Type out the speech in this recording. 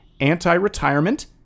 anti-retirement